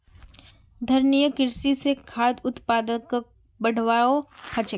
धारणिये कृषि स खाद्य उत्पादकक बढ़ववाओ ह छेक